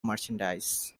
merchandise